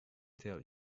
tell